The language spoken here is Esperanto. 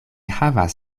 havas